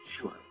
Sure